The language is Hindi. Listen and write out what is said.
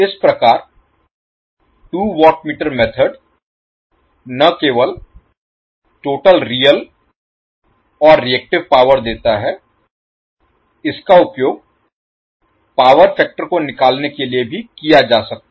इस प्रकार 2 वाट मीटर मेथड न केवल टोटल रियल और रिएक्टिव पावर देता है इसका उपयोग पावर फैक्टर को निकालने के लिए भी किया जा सकता है